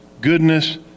goodness